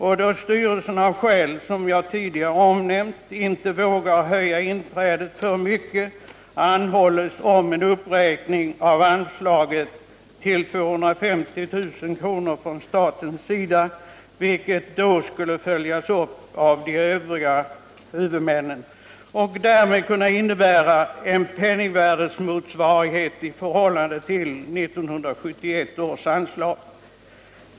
Och då styrelsen av skäl som jag tidigare omnämnt inte vågar höja inträdet för mycket anhålles om en uppräkning av anslaget till 250 000 kr. från statens sida, vilket då skulle följas upp av de övriga huvudmännen. Det skulle därmed kunna innebära en penningsvärdesmotsvarighet i förhållande till 1971 års anslag.